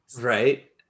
Right